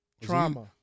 Trauma